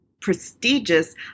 prestigious